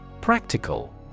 Practical